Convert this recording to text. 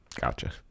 Gotcha